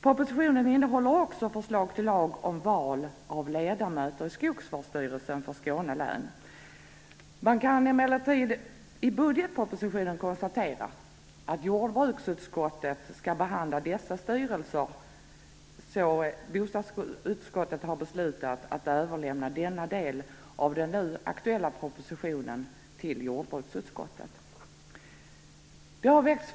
Propositionen innehåller också förslag till lag om val av ledamöter i Skogsvårdsstyrelsen för Skåne län. I budgetpropositionen kan man emellertid konstatera att jordbruksutskottet skall behandla frågorna om dessa styrelser. Bostadsutskottet har därför beslutat att överlämna denna del av propositionen till jordbruksutskottet.